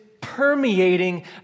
permeating